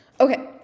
Okay